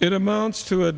it amounts to